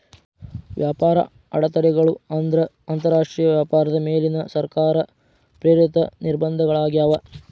ವ್ಯಾಪಾರ ಅಡೆತಡೆಗಳು ಅಂದ್ರ ಅಂತರಾಷ್ಟ್ರೇಯ ವ್ಯಾಪಾರದ ಮೇಲಿನ ಸರ್ಕಾರ ಪ್ರೇರಿತ ನಿರ್ಬಂಧಗಳಾಗ್ಯಾವ